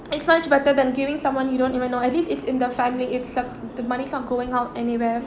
it's much better than giving someone you don't even know at least it's in the family except the money's not going out anywhere